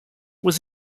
was